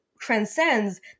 transcends